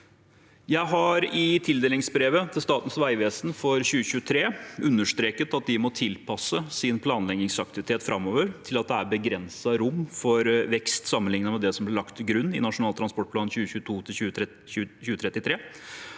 Jeg har i tildelingsbrevet til Statens vegvesen for 2023 understreket at de må tilpasse sin planleggingsaktivitet framover til at det er begrenset rom for vekst sammenlignet med det som ble lagt til grunn i Nasjonal transportplan 2022–2033.